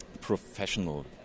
professional